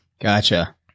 Gotcha